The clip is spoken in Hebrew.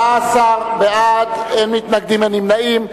14 בעד, אין מתנגדים, אין נמנעים.